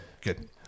Good